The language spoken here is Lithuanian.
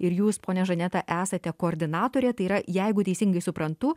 ir jūs ponia žaneta esate koordinatorė tai yra jeigu teisingai suprantu